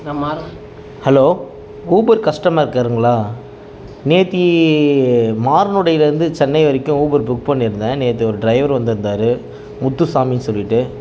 hello Uber கஸ்டமர்கேருங்களா நேற்று மாரனோடையில் இருந்து சென்னை வரைக்கும் ஊபர் புக் பண்ணியிருந்தேன் நேற்று ஒரு டிரைவர் வந்திருந்தாரு முத்துசாமினு சொல்லிட்டு